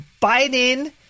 Biden-